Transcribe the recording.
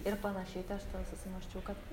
ir panašiai tai aš susimąsčiau kad